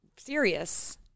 Serious